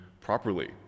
properly